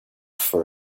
for